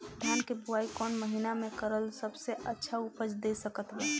धान के बुआई कौन महीना मे करल सबसे अच्छा उपज दे सकत बा?